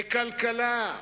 בכלכלה,